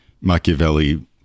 Machiavelli